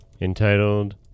entitled